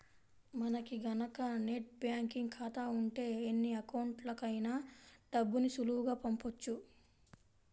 మనకి గనక net banking ఖాతా ఉంటే ఎన్ని అకౌంట్లకైనా డబ్బుని సులువుగా పంపొచ్చు